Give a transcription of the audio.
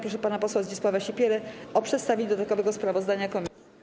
Proszę pana posła Zdzisława Sipierę o przedstawienie dodatkowego sprawozdania komisji.